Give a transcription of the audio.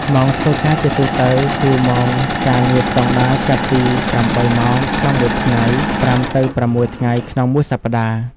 ម៉ោងធ្វើការជាទូទៅ គឺម៉ោងការងារស្តង់ដារចាប់ពី ៨ ម៉ោងក្នុងមួយថ្ងៃ ៥ទៅ៦ ថ្ងៃក្នុងមួយសប្តាហ៍។